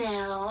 Now